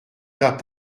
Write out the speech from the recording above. t’as